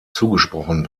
zugesprochen